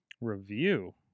review